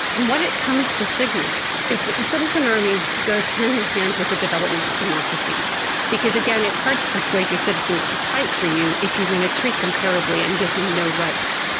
and what it comes to signal is that the citizen army goes hand in hand with the development of democracy because, again, it's hard to persuade your citizens to fight for you if you're going to treat them terribly and give them no rights.